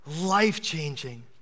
life-changing